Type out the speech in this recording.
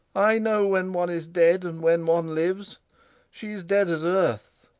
i know when one is dead, and when one lives she's dead as earth